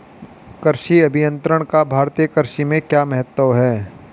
कृषि अभियंत्रण का भारतीय कृषि में क्या महत्व है?